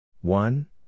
One